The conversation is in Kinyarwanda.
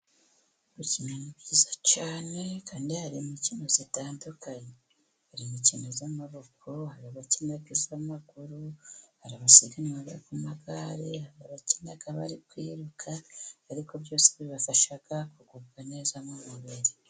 Gukina byiza cyane kandi hari imikino itandukanye: hari imikino y'amaboko, hari abakina iz'amaguru, hari abasiganwa ku magare, hari abakina bari kwiruka, ariko byose bibafasha kugubwa neza mu mubiri.